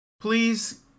please